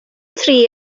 tri